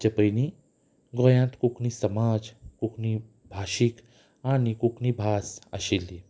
ताचे पयलीं गोंयांत कोंकणी समाज कोंकणी भाशीक आनी कोंकणी भास आशिल्ली